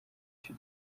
icyo